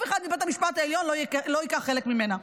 אחד מבית המשפט העליון לא ייקח חלק בה.